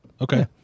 Okay